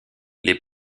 les